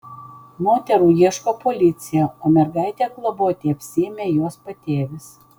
moterų ieško policija o mergaitę globoti apsiėmė jos patėvis